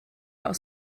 aus